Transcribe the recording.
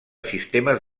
sistemes